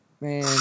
Man